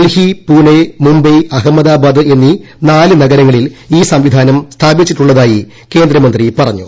ഡൽഹി പൂള്ളെണ് മുംബൈ അഹമ്മദാബാദ് എന്നീ നാല് നഗരങ്ങളിൽ ഈ സുംവിധ്യാനം സ്ഥാപിച്ചിട്ടുള്ളതായി കേന്ദ്രമന്ത്രി പറഞ്ഞു